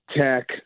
tech